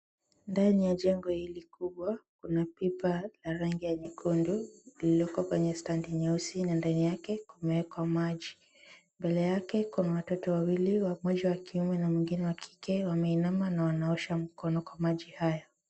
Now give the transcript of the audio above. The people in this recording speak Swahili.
Ndani ya jengo ili kubwa, kuna pipa la rangi ya nyekundu, lililoko kwenye standi nyeusi na ndani yake kumewekwa maji. Mbele yake kuna watoto wawili, wa kwanza wa kiume na mwingine wa kike, wameinama na wanaosha mikono kwa maji haya.